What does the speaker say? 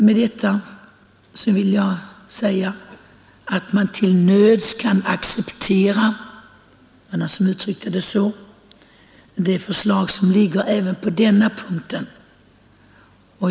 Med detta vill jag säga att man till nöds kan acceptera — det var någon som uttryckte det — det föreliggande förslaget även på denna punkt.